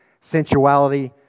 sensuality